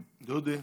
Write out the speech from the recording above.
דודי,